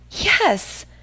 Yes